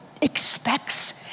expects